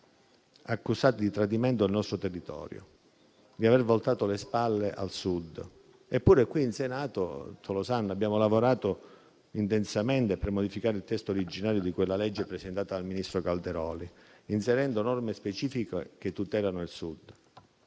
città, di tradimento del nostro territorio e di aver voltato le spalle al Sud. Eppure, qui in Senato abbiamo lavorato intensamente per modificare il testo originario di quella legge presentata dal ministro Calderoli, inserendo norme specifiche che tutelano il Sud.